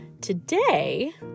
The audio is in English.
today